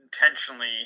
intentionally